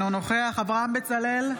אינו נוכח אברהם בצלאל,